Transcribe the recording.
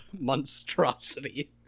monstrosity